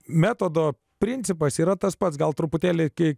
metodo principas yra tas pats gal truputėlį kiek